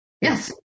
Yes